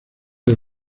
del